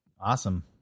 Awesome